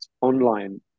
online